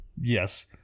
Yes